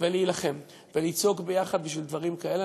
ולהילחם ולצעוק ביחד בשביל דברים כאלה,